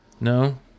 No